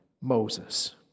Moses